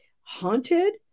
haunted